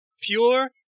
pure